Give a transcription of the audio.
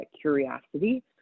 curiosity